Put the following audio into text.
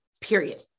period